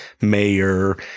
mayor